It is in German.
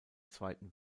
zweiten